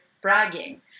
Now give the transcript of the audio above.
bragging